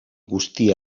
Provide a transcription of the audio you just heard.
guzti